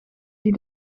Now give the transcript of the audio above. die